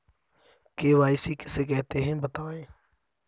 KYC किसे कहते हैं बताएँ?